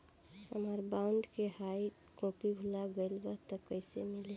हमार बॉन्ड के hard copy भुला गएलबा त कैसे मिली?